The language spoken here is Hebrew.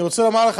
אני רוצה לומר לך,